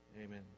Amen